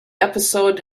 episode